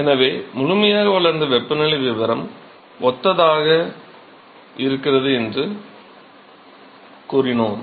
எனவே முழுமையாக வளர்ந்த வெப்பநிலை வடிவம் ஒத்ததாக இருக்கிறது என்று கூறினோம்